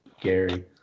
Gary